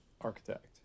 architect